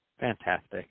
Fantastic